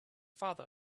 father